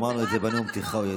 ולכן צומצמה הצעת החוק.